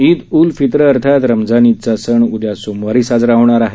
ईद उल फित्र अर्थात रमजान ईदचा सण उदया सोमवारी साजरा होणार आहे